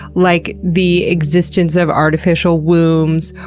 like the existence of artificial wombs,